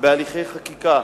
בהליכי חקיקה